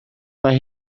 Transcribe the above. mae